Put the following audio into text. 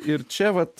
ir čia vat